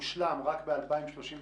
מושלם רק ב-2033,